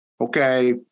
Okay